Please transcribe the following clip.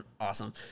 awesome